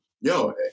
yo